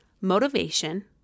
Motivation